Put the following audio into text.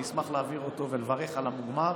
אני אשמח להעביר אותו ולברך על המוגמר,